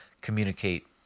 communicate